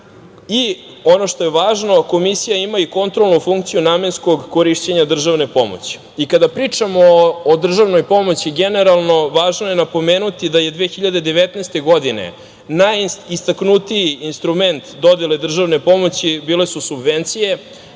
i ono što je važno, Komisija ima i kontrolnu funkciju namenskog korišćenja državne pomoći. Kada pričamo o državnoj pomoći generalno važno je napomenuti da je 2019. godine najistaknutiji instrument dodele državne pomoći su bile subvencije